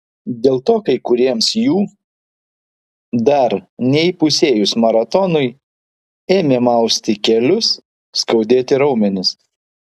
dėl to kai kuriems jų dar neįpusėjus maratonui ėmė mausti kelius skaudėti raumenis